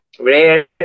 Rare